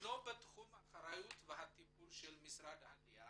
אינו בתחום אחריות והטיפול של משרד העלייה